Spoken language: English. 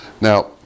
Now